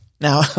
Now